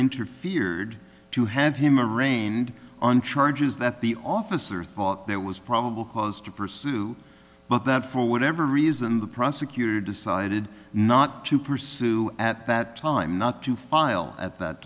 interfered to hand him a rained on charges that the officer thought there was probable cause to pursue but that for whatever reason the prosecutor decided not to pursue at that time not to file at that